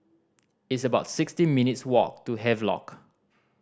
it's about sixteen minutes' walk to Havelock